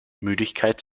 müdigkeit